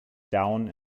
down